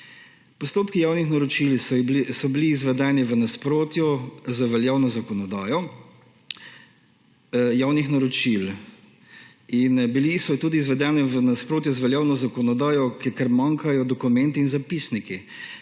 Postopki javnih naročil so bili izvedeni v nasprotju z veljavno zakonodajo o javnih naročilih. Bili so izvedeni tudi v nasprotju z veljavno zakonodajo, ker manjkajo dokumenti in zapisniki.